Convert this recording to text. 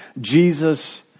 Jesus